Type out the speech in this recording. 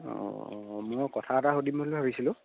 অঁ অঁ মই কথা এটা সুধিম বুলি ভাবিছিলোঁ